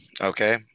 Okay